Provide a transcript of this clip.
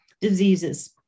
diseases